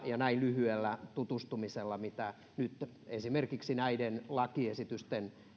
näin lyhyellä tutustumisella mitä nyt esimerkiksi näiden lakiesitysten